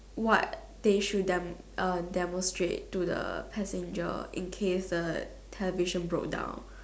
what they should demo~ uh demonstrate to the passenger in case the television broke down